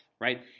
Right